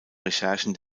recherchen